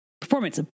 performance